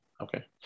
okay